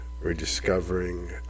rediscovering